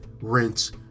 rinse